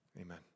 Amen